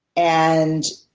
and